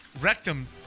rectum